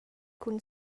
cun